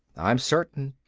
i'm certain.